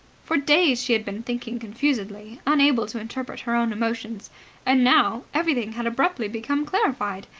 for days she had been thinking confusedly, unable to interpret her own emotions and now everything had abruptly become clarified.